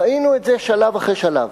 ראינו את זה שלב אחרי שלב.